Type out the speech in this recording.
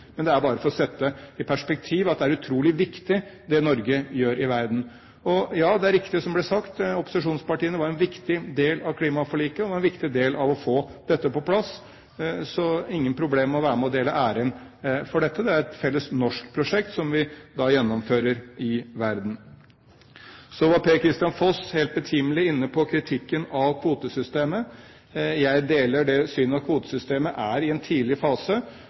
men det er bare for å sette i perspektiv at det er utrolig viktig det Norge gjør i verden. Det er riktig, som det ble sagt, at opposisjonspartiene var en viktig del av klimaforliket, de var viktige for å få dette på plass. Så jeg har ingen problemer med å dele æren med dem for dette. Det er et felles norsk prosjekt som vi gjennomfører i verden. Så var Per-Kristian Foss, helt betimelig, inne på kritikken av kvotesystemet. Jeg deler det synet at kvotesystemet er i en tidlig fase,